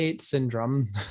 syndrome